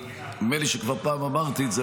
נדמה לי שכבר פעם אמרתי את זה,